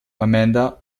amanda